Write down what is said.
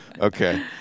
Okay